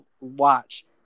watch